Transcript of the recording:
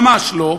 ממש לא,